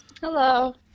Hello